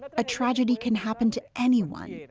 but a tragedy can happen to anyone.